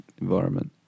environment